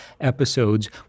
episodes